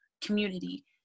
community